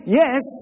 yes